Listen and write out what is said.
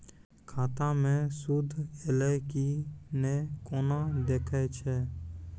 खाता मे सूद एलय की ने कोना देखय छै?